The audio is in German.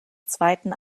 zweiten